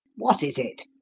what is it?